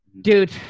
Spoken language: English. Dude